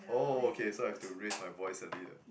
oh oh okay so I have to raise my voice a bit eh